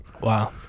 Wow